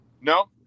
No